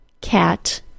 Cat